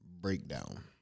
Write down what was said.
breakdown